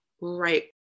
right